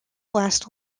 last